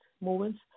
movements